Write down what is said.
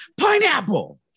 Pineapple